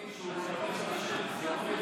אמרתי, אביתרז.